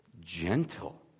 gentle